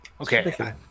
Okay